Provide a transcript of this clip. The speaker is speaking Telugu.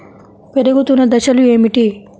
పెరుగుతున్న దశలు ఏమిటి?